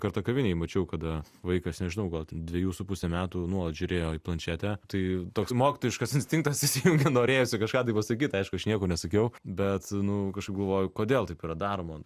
kartą kavinėje mačiau kada vaikas nežinau gal ten dvejų su puse metų nuolat žiūrėjo į planšetę tai toks mokytojiškas instinktas įsijungė norėjosi kažką tai pasakyt aišku aš nieko nesakiau bet nu kažkaip galvoju kodėl taip yra daroma